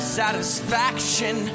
satisfaction